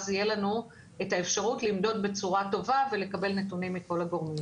אז תהיה לנו האפשרות למדוד בצורה טובה ולקבל נתונים מכל הגורמים.